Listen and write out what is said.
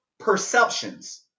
Perceptions